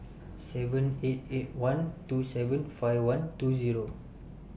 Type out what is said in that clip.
seven eight eight one two seven five one two Zero